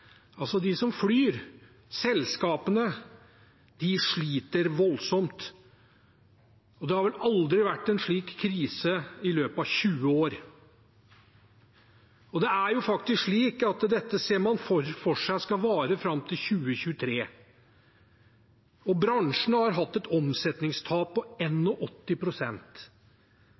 altså selskapene som flyr – sliter voldsomt. Det har vel aldri vært en slik krise i løpet av 20 år, og dette ser man for seg skal vare fram til 2023. Bransjen har hatt et omsetningstap på